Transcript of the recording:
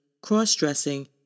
cross-dressing